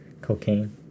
Cocaine